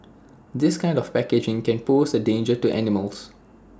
this kind of packaging can pose A danger to animals